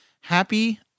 Happy